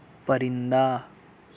پرندہ